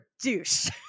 douche